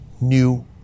new